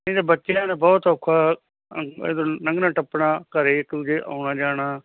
ਨਹੀਂ ਅਤੇ ਬੱਚਿਆਂ ਨੂੰ ਬਹੁਤ ਔਖਾ ਲੰਘਣਾ ਟੱਪਣਾ ਘਰੇ ਇੱਕ ਦੂਜੇ ਦੇ ਆਉਣਾ ਜਾਣਾ